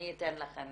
אני אתן לכן